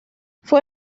fue